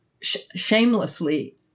shamelessly